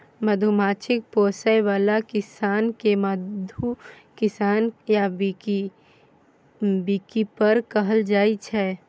मधुमाछी पोसय बला किसान केँ मधु किसान या बीकीपर कहल जाइ छै